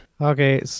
Okay